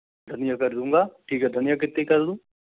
धनिया कर लूँगा ठीक है धनिया कितनी कर लूँ